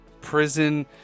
prison